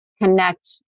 connect